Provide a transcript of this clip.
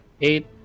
eight